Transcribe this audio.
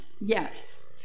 yes